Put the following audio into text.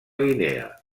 guinea